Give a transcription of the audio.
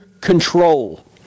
control